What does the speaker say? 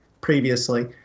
previously